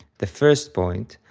the first point,